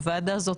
הוועדה הזאת,